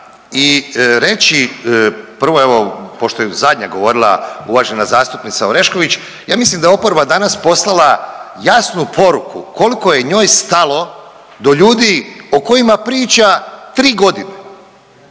i reći prvo evo pošto je zadnja govorila uvažena zastupnica Orešković ja mislim da je oporba danas poslala jasnu poruku koliko je njoj stalo do ljudi o kojima priča 3 godine,